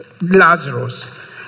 Lazarus